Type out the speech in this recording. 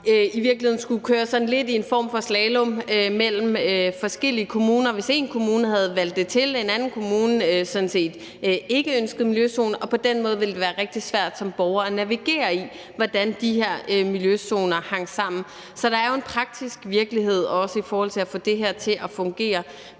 i virkeligheden at skulle køre sådan lidt en form for slalom mellem forskellige kommuner, hvis én kommune havde valgt det til og en anden kommune sådan set ikke ønskede miljøzoner, og på den måde ville det som borger være rigtig svært at navigere i, hvordan de her miljøzoner hang sammen. Så der er også en praktisk virkelighed i forhold til at få det her til at fungere,